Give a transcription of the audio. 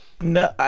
no